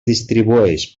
distribueix